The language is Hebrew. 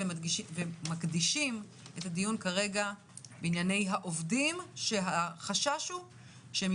ומקדישים את הדיון כרגע בענייני העובדים שהחשש הוא שהם